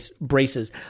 braces